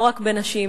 לא רק בנשים,